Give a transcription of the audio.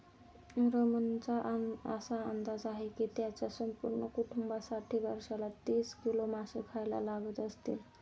रमणचा असा अंदाज आहे की त्याच्या संपूर्ण कुटुंबासाठी वर्षाला तीस किलो मासे खायला लागत असतील